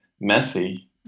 messy